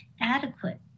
adequate